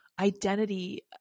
Identity